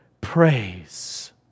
praise